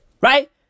Right